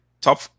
Top